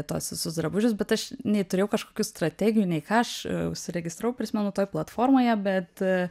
tuos visus drabužius bet aš nei turėjau kažkokių strategijų nei ką aš užsiregistravau prisimenu toj platformoje bet